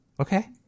okay